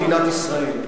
מדינת ישראל.